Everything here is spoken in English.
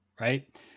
Right